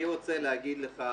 אני רוצה להגיד לך